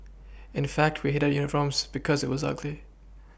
in fact we hated our uniforms because it was ugly